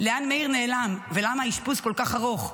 לאן מאיר נעלם ולמה האשפוז כל כך ארוך.